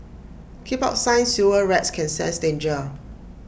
keep out sign sewer rats can sense danger